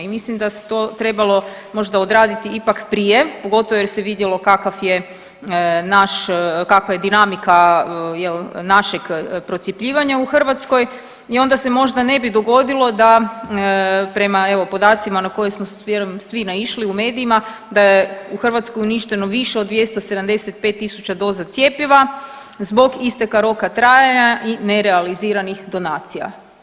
I mislim da se to trebalo možda odraditi ipak prije pogotovo jer se vidjelo kakav je naš, kakva je dinamika našeg procjepljivanja u Hrvatskoj i onda se možda ne bi dogodilo da prema evo podacima na koje smo vjerujem svi naišli u medijima da je u Hrvatskoj uništeno više od 275.000 doza cjepiva zbog isteka roka trajanja i nerealiziranih donacija.